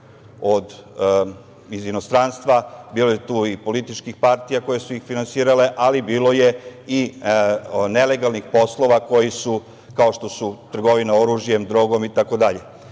iz inostranstva, bilo je tu i političkih partija koje su ih finansirale, ali bilo je i nelegalnih poslova kao što su trgovina oružjem, drogom